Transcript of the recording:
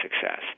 success